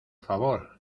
favor